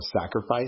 sacrifice